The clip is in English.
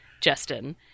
Justin